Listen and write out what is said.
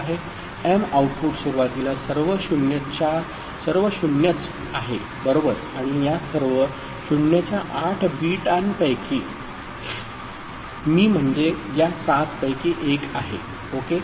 M output सुरुवातीला सर्व 0 च आहे बरोबर आणि या सर्व 0 च्या 8 बिटांपैकी मी म्हणजे या सात पैकी एक आहे ओके